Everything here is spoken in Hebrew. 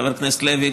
חבר הכנסת לוי,